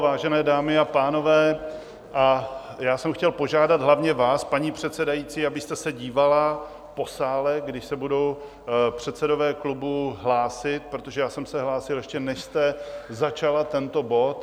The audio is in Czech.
Vážené dámy a pánové, já jsem chtěl požádat hlavně vás, paní předsedající, abyste se dívala po sále, když se budou předsedové klubů hlásit, protože já jsem se hlásil, ještě než jste začala tento bod.